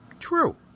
true